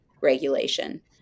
regulation